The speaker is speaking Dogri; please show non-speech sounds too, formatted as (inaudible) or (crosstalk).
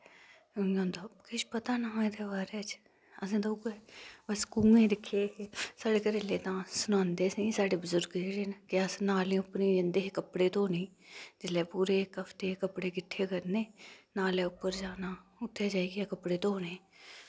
(unintelligible) किश पता नेंहा एह्दे बारै च असैं ते उऐ बस कुऐं दिक्खे हे साढ़े घरे आह्ले तां सनांदे असें साढ़े बजुर्ग जेह्ड़े न के अस नेलें उप्परें जंदे हे कपड़े धोने जिल्लै पुरे इक हफ्ते दे कपड़े किट्ठे करने नाले उप्पर जाना उत्थै जेइयै कपड़े धोने